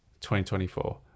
2024